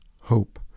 hope